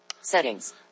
Settings